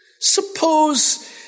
suppose